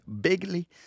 bigly